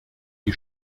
die